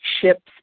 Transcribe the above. ships